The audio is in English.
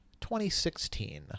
2016